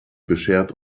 beschert